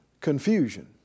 confusion